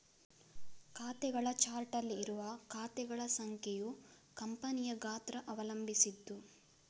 ಖಾತೆಗಳ ಚಾರ್ಟ್ ಅಲ್ಲಿ ಇರುವ ಖಾತೆಗಳ ಸಂಖ್ಯೆಯು ಕಂಪನಿಯ ಗಾತ್ರ ಅವಲಂಬಿಸಿದ್ದು